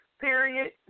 Period